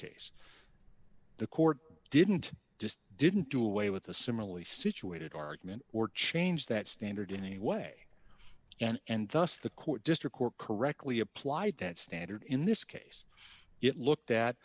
case the court didn't just didn't do away with a similarly situated argument or change that standard in any way and thus the court district court correctly applied that standard in this case it looked at